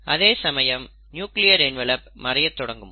அதேசமயம் nuclear envelope மறைய தொடங்கும்